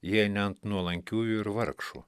jei ne ant nuolankiųjų ir vargšų